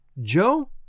Joe